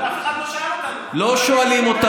אבל השאלה, לא שאלו.